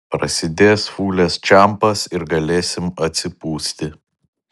prasidės fūlės čempas ir galėsim atsipūsti